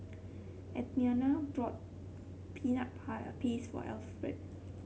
Athena bought Peanut Paste for Alferd